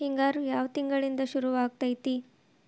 ಹಿಂಗಾರು ಯಾವ ತಿಂಗಳಿನಿಂದ ಶುರುವಾಗತೈತಿ?